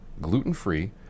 gluten-free